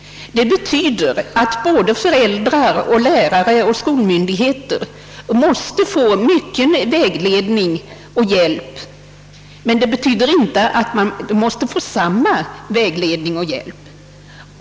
Det förutsätter att både föräldrar, lärare och skolmyndigheter får mycken vägledning och hjälp, men det förutsätter inte att alla skall få samma vägledning och hjälp.